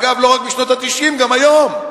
אגב, לא רק בשנות ה-90, גם היום.